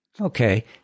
okay